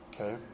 Okay